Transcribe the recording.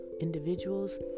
individuals